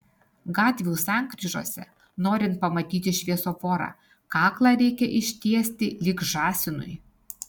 gatvių sankryžose norint pamatyti šviesoforą kaklą reikia ištiesti lyg žąsinui